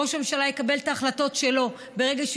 ראש הממשלה יקבל את ההחלטות שלו ברגע שהוא